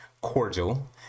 cordial